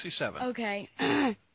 Okay